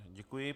Děkuji.